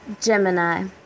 Gemini